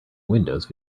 windows